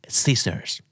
scissors